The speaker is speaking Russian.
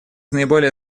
наиболее